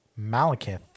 Malakith